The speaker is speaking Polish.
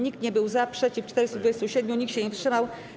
Nikt nie był za, przeciw - 427, nikt się nie wstrzymał.